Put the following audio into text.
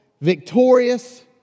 victorious